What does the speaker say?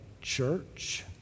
church